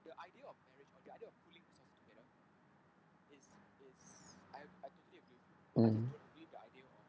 mm